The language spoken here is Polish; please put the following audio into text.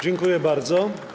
Dziękuję bardzo.